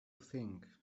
think